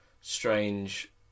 strange